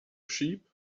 sheep